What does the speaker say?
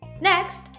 Next